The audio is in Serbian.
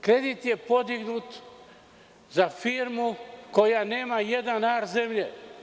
Kredit je podignut za firmu koja nema jedan ar zemlje.